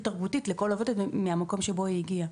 תרבותית לכל עובדת מהמקום שממנו היא הגיעה